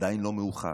עדיין לא מאוחר.